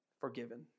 forgiven